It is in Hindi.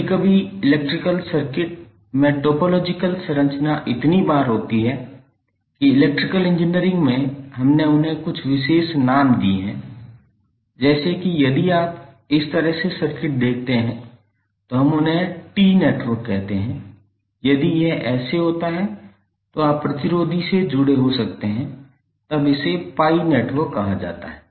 कभी कभी इलेक्ट्रिकल सर्किट में टोपोलॉजिकल संरचना इतनी बार होती है कि इलेक्ट्रिकल इंजीनियरिंग में हमने उन्हें कुछ विशेष नाम दिए हैं जैसे कि यदि आप इस तरह से सर्किट देखते हैं तो हम उन्हें टी नेटवर्क कहते हैं यदि यह ऐसा है तो आप प्रतिरोधी से जुड़े हो सकते हैं तब इसे पाई नेटवर्क कहा जाता है